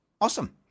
Awesome